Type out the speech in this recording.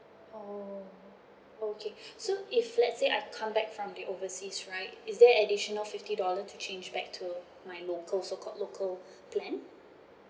oh okay so if let's say I come back from the overseas right is there additional fifty dollar to change back to my local so called local plan